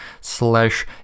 slash